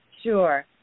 Sure